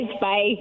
Bye